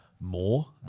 more